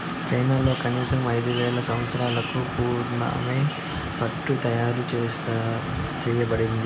చైనాలో కనీసం ఐదు వేల సంవత్సరాలకు పూర్వమే పట్టు తయారు చేయబడింది